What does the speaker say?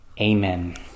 amen